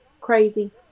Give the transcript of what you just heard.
crazy